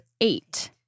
eight